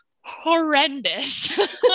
horrendous